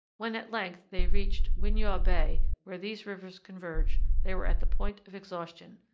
when at length they reached winyaw bay, where these rivers converge, they were at the point of exhaustion.